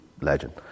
legend